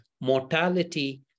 mortality